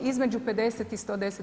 Između 50 i 110